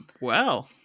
Wow